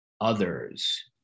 others